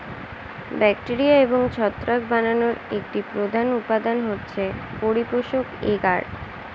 bacteria এবং ছত্রাক বানানোর একটি প্রধান উপাদান হচ্ছে পরিপোষক এগার